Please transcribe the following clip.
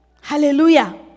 Hallelujah